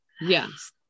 Yes